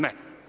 Ne.